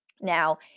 Now